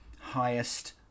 highest